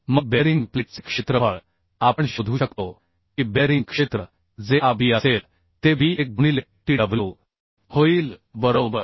मग बेअरिंग प्लेटचे क्षेत्रफळ आपण शोधू शकतो की बेअरिंग क्षेत्र जे a b असेल ते b1 गुणिले tw होईल बरोबर